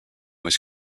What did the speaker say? was